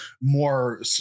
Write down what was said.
more